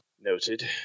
Noted